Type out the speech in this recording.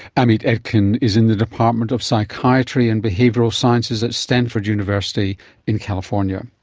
amit etkin is in the department of psychiatry and behavioural sciences at stanford university in california.